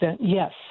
yes